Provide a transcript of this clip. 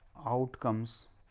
outcomes